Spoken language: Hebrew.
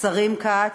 השרים כץ,